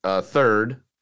Third